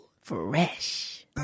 Fresh